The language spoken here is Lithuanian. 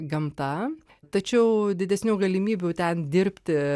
gamta tačiau didesnių galimybių ten dirbti